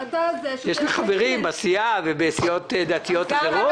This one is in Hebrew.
יש לי חברים בסיעה ובסיעות דתיות אחרות.